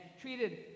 treated